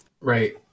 Right